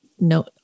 no